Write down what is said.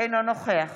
אינו נוכח